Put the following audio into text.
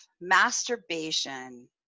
masturbation